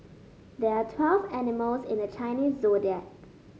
there are twelve animals in the Chinese Zodiac